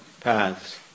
paths